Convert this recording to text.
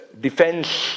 defense